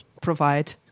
provide